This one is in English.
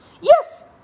yes